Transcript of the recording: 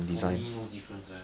for me no difference leh